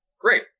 Great